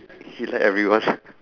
he like everyone